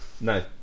No